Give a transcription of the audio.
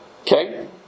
Okay